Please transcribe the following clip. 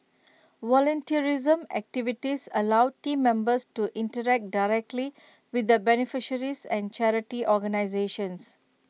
volunteerism activities allow Team Members to interact directly with the beneficiaries and charity organisations